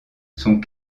sont